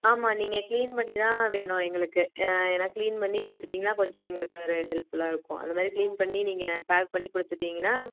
ஆமாம் நீங்கள் க்ளீன் பண்ணி தான் வேணும் எங்களுக்கு ஏன்னா க்ளீன் பண்ணி கொடுத்துட்டீங்கன்னா கொஞ்சம் எங்களுக்கு ஒரு ஹெல்ப்ஃபுல்லாக இருக்கும் அது மாதிரி க்ளீன் பண்ணி நீங்கள் பேக் பண்ணி கொடுத்துட்டீங்கன்னா